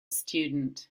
student